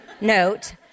note